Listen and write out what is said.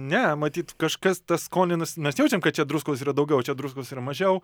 ne matyt kažkas tas skoninas mes jaučiam kad čia druskos yra daugiau o čia druskos yra mažiau